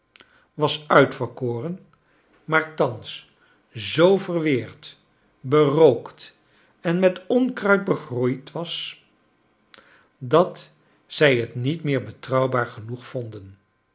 was uitverkoren maar thans zoo verweerd berookt en met onkruid begroeid was dat zij het niet meer betrouwbaar genoeg vonden